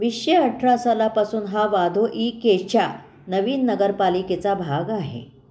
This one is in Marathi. विसशे अठरा सालापासून हा वाधोईकेच्या नवीन नगरपालिकेचा भाग आहे